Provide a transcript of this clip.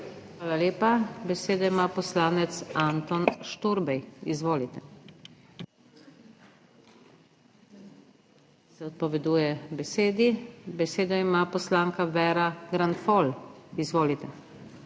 Hvala lepa. Besedo ima poslanec Anton Šturbej. Izvolite. Se odpoveduje besedi. Besedo ima poslanka Vera Granfol. Izvolite.